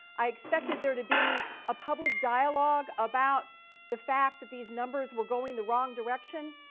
i expected there to be a public dialogue about the fact that these numbers were going the wrong direction,